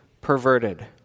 perverted